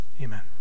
Amen